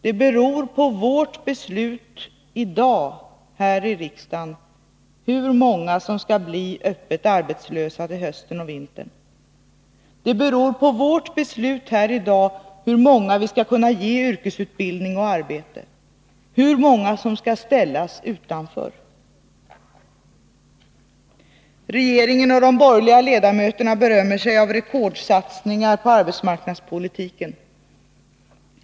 Det beror på vårt beslut i dag här i riksdagen hur många som skall bli öppet arbetslösa till hösten och vintern. Det beror på vårt beslut här i dag hur många vi skall kunna ge yrkesutbildning och arbete, hur många som skall ställas utanför. Regeringen och de borgerliga ledamöterna berömmer sig av rekordsatsningar på arbetsmarknadspolitiken.